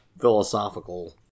philosophical